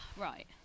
Right